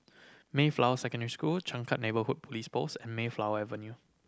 Mayflower Secondary School Changkat Neighbourhood Police Post and Mayflower Avenue